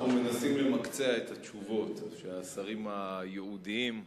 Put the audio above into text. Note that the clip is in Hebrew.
אנחנו מנסים למקצע את התשובות כך שהשרים הייעודיים ישיבו.